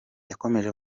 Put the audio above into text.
yakomeje